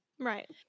right